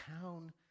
town